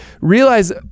realize